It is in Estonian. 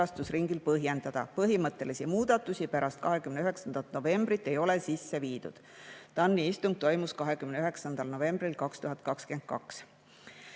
Põhimõttelisi muudatusi pärast 29. novembrit ei ole sisse viidud. TAN-i istung toimus 29. novembril